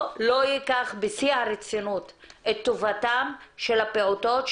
או לא ייקח בשיא הרצינות את טובתם של הפעוטות,